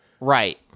Right